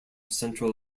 central